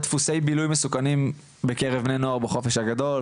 דפוסי בילוי מסוכנים בקרב בני נוער בחופש הגדול,